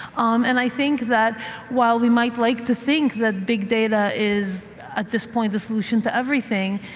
and i think that while we might like to think that big data is at this point the solution to everything,